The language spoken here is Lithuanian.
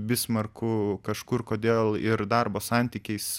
bismarku kažkur kodėl ir darbo santykiais